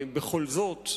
בכל זאת,